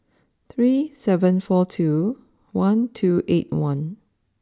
three seven four two one two eight one